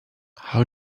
how